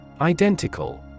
Identical